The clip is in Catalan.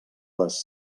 les